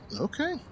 Okay